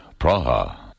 Praha